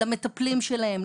למטפלים שלהם,